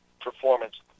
performance